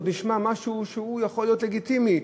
זה עוד נשמע משהו שהוא יכול להיות לגיטימי,